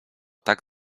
tak